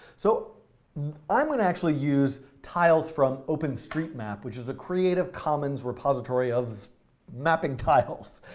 so i um going actually use tiles from open street map, which is a creative commons repository of mapping tiles.